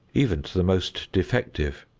even to the most defective.